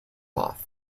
off